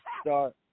start